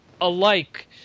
alike